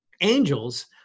Angels